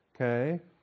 okay